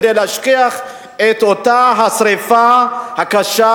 כדי להשכיח את אותה השרפה הקשה,